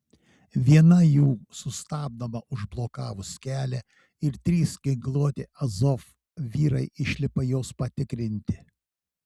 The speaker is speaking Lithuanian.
viena jų sustabdoma užblokavus kelią ir trys ginkluoti azov vyrai išlipa jos patikrinti